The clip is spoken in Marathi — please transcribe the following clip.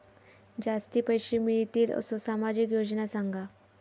जास्ती पैशे मिळतील असो सामाजिक योजना सांगा?